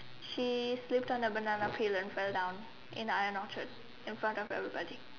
she slipped on a banana peel and fell down in Ion Orchard in front of everybody